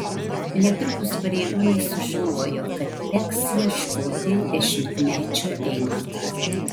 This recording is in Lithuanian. netrukus pareigūnai sužinojo kad teks ieškoti dešimtmečio eimanto